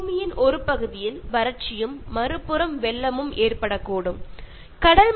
ഭൂമിയുടെ ഒരു ഭാഗത്ത് വരൾച്ചയും ഒരു ഭാഗത്ത് വെള്ളപ്പൊക്കവും ഉണ്ടാകാൻ ഇത് കാരണമാകുന്നു